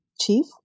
chief